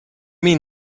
mean